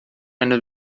eine